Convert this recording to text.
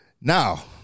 Now